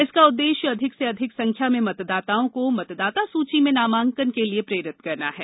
इसका उद्देश्य अधिक से अधिक संख्या में मतदाताओं को मतदाता सूची में नामांकन के लिए प्रेरित करना है